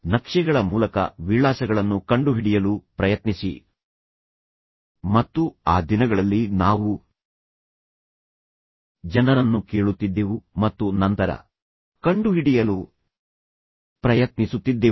ನಕ್ಷೆಗಳ ಮೂಲಕ ವಿಳಾಸಗಳನ್ನು ಕಂಡುಹಿಡಿಯಲು ಪ್ರಯತ್ನಿಸಿ ಮತ್ತು ಆ ದಿನಗಳಲ್ಲಿ ನಾವು ಜನರನ್ನು ಕೇಳುತ್ತಿದ್ದೆವು ಮತ್ತು ನಂತರ ಕಂಡುಹಿಡಿಯಲು ಪ್ರಯತ್ನಿಸುತ್ತಿದ್ದೆವು